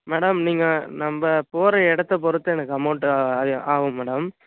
madam நீங்கள் நம்ம போகற இடத்த பொறுத்து எனக்கு அமௌண்ட்டு அ ஆகும் மேடம்